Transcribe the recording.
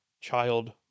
child